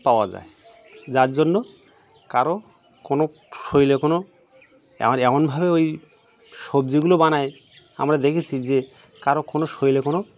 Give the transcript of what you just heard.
পাওয়া যায় যার জন্য কারো কোনো শরীরে কোনো আর এমনভাবে ওই সবজিগুলো বানায় আমরা দেখেছি যে কারো কোনো শরীরে কোনো